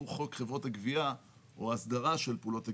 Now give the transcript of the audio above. והוא חוק חברות הגבייה או הסדרה של פעולות הגבייה.